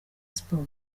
siporo